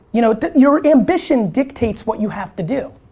you know your ambition dictates what you have to do.